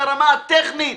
ברמה הטכנית.